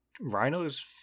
rhinos